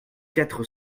quatre